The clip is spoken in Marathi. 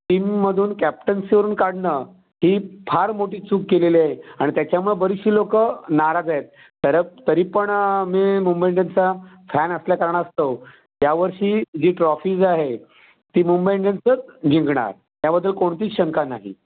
टीममधून कॅप्टनसीवरुन काढणं ही फार मोठी चूक केलेले आहे आणि त्याच्यामुळे बरीचशी लोकं नाराज आहेत तर तरी पण आम्ही मुंबई इंडियन्सचा फॅन असल्या कारणास्तव यावर्षी जी ट्रॉफीज आहे ती मुंबई इंडियन्सच जिंकणार याबद्दल कोणतीच शंका नाही